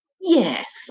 yes